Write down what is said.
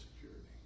security